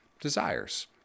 desires